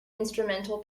instrumental